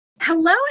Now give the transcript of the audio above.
Hello